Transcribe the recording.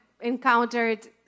encountered